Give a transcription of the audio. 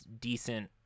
decent